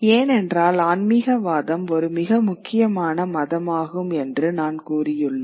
ஏனென்றால் ஆன்மீகவாதம் ஒரு மிக முக்கியமான மதமாகும் என்று நான் கூறியுள்ளேன்